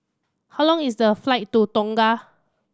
how long is the flight to Tonga